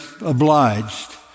obliged